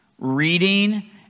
reading